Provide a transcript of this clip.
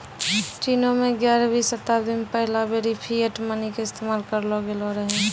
चीनो मे ग्यारहवीं शताब्दी मे पहिला बेरी फिएट मनी के इस्तेमाल करलो गेलो रहै